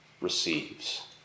receives